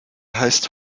heißt